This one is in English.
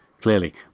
clearly